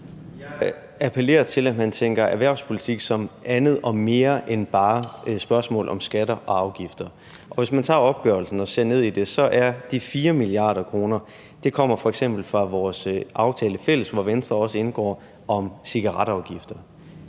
Jeg appellerer til, at man tænker erhvervspolitik som andet og mere end bare et spørgsmål om skatter og afgifter. For hvis man tager opgørelsen og ser ned i det, så kommer de 4 mia. kr. eksempelvis fra vores fælles aftale, hvori Venstre også indgår, om cigaretafgifter.